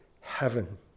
heaven